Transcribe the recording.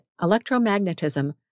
electromagnetism